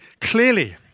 clearly